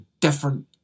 different